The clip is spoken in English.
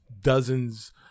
dozens